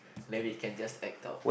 maybe can just act out